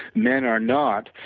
men are not.